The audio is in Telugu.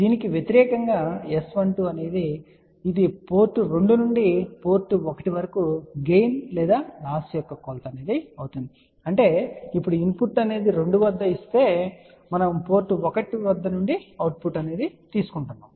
దీనికి వ్యతిరేకం గా S12 అనేది ఇది పోర్ట్ 2 నుండి పోర్ట్ 1 వరకు గెయిన్ లేదా లాస్ యొక్క కొలత అవుతుంది అంటే ఇప్పుడు ఇన్ పుట్ పోర్ట్ 2 వద్ద ఇవ్వబడింది మరియు మనము పోర్ట్ 1 వద్ద అవుట్ పుట్ చూస్తున్నాము